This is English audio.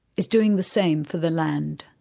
is doing the same for the land.